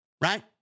right